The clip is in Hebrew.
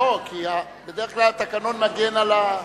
לא, כי בדרך כלל התקנון מגן על,